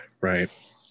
Right